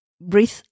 breathe